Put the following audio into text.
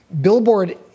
Billboard